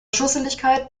schusseligkeit